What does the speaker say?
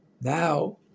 now